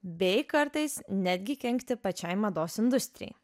bei kartais netgi kenkti pačiai mados industrijai